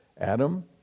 Adam